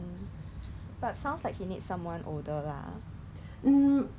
就是那种单单白色的 lah 有一个是 adjustable 的 lah so is random